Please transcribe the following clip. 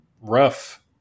rough